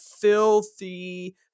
filthy